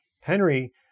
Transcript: Henry